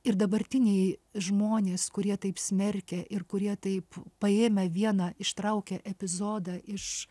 ir dabartiniai žmonės kurie taip smerkia ir kurie taip paėmę vieną ištraukia epizodą iš